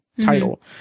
title